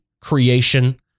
creation